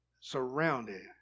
surrounded